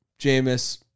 Jameis